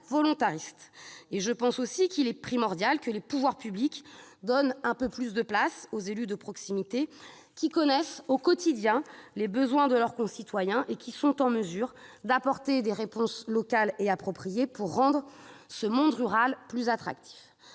volontariste. Il me semble primordial que les pouvoirs publics donnent un peu plus de place aux élus de proximité, qui connaissent au quotidien les besoins de leurs concitoyens et qui sont en mesure d'apporter des réponses locales et appropriées pour rendre le monde rural attractif.